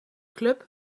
club